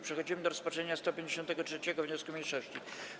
Przechodzimy do rozpatrzenia 153. wniosku mniejszości.